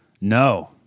No